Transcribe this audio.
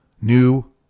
New